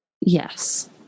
Yes